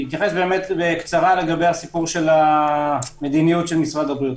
אני אתייחס בקצרה לגבי המדיניות של משרד הבריאות.